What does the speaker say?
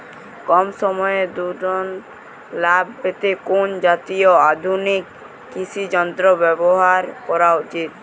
কম সময়ে দুগুন লাভ পেতে কোন জাতীয় আধুনিক কৃষি যন্ত্র ব্যবহার করা উচিৎ?